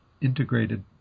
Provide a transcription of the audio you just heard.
integrated